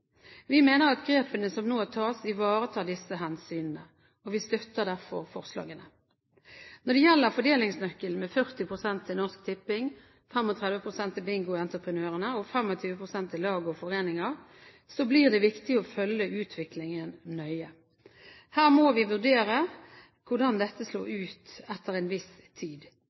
Vi mener at grepene som nå tas, ivaretar disse hensynene, og vi støtter derfor forslagene. Når det gjelder fordelingsnøkkelen med 40 pst. til Norsk Tipping, 35 pst. til bingoentreprenørene og 25 pst. til lag og foreninger, blir det viktig å følge utviklingen nøye. Her må vi vurdere hvordan dette slår ut etter en viss tid,